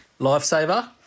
Lifesaver